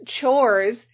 chores